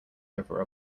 over